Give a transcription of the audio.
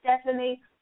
Stephanie